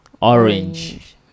Orange